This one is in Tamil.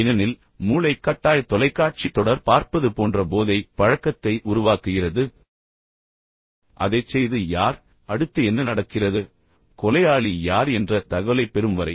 ஏனெனில் மூளை கட்டாய தொலைக்காட்சி தொடர் பார்ப்பது போன்ற போதை பழக்கத்தை உருவாக்குகிறது அதைச் செய்தது யார் அடுத்து என்ன நடக்கிறது கொலையாளி யார் என்ற தகவலைப் பெறும் வரை